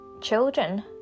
children